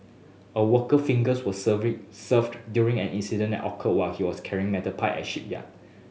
a worker fingers were severed served during an incident at occurred while he was carrying metal pipe at shipyard